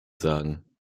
sagen